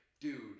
dude